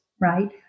right